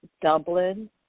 Dublin